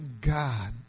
God